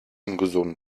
ungesund